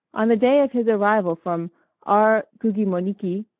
on the day of his arrival from r. gugimoniki,